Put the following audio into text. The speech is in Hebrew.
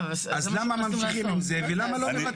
למה ממשיכים עם זה ולמה לא מבטלים?